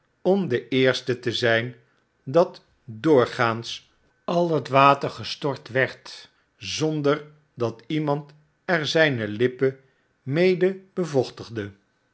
om de eerste te zijn dat doorgaans al het water gestort werd zonder dat iemand er zijne lippea mede